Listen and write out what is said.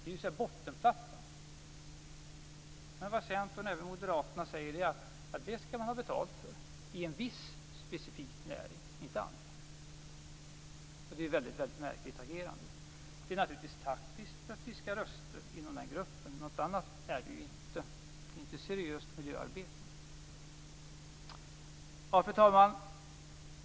Det är bottenplattan. Men det Centern och Moderaterna säger är att man skall ha betalt för detta i en viss specifik näring, inte i andra. Det är ett mycket märkligt agerande. Det är naturligtvis taktiskt för att fiska röster i den gruppen, något annat är det inte. Det är inte seriöst miljöarbete. Fru talman!